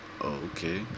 okay